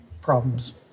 problems